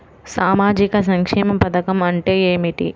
సామాజిక సంక్షేమ పథకం అంటే ఏమిటి?